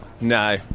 No